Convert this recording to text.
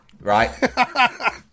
Right